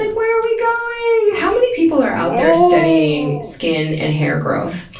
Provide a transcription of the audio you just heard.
like where are we going? how many people are out there studying skin and hair growth?